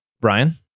Brian